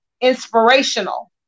inspirational